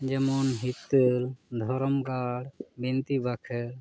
ᱡᱮᱢᱚᱱ ᱦᱤᱛᱟᱹᱞ ᱫᱷᱚᱨᱚᱢ ᱜᱟᱲ ᱵᱤᱱᱛᱤ ᱵᱟᱠᱷᱮᱬ